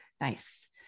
Nice